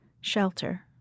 Shelter